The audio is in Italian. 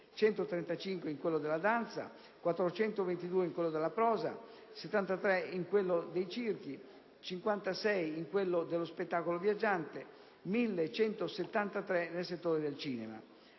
135 in quello della danza, 422 in quello della prosa, 73 in quello dei circhi, 56 in quello dello spettacolo viaggiante, 1.173 in quello del cinema.